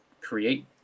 create